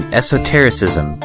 esotericism